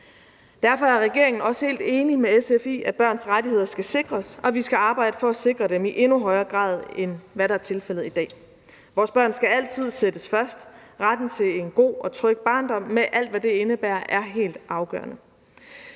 Derfor er regeringen også helt enig med SF i, at børns rettigheder skal sikres, og at vi skal arbejde for at sikre dem i endnu højere i grad, end hvad der er tilfældet i dag. Vores børn skal altid sættes først; retten til en god og tryg barndom med alt, hvad det indebærer, er helt afgørende.